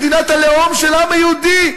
מדינת הלאום של העם היהודי.